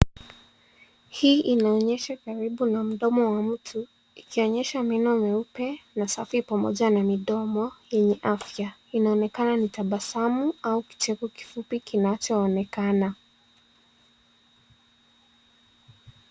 Hii inaonyesha karibu na mdomo wa mtu, ikionyesha meno meupe na safi pamoja na midomo yenye afya. Inaonekana ni tabasamu au kicheko kifupi kinachoonekana.